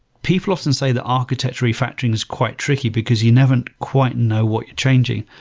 people often say that architecture refactoring is quite tricky because you never quite know what you're changing.